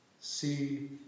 See